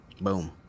Boom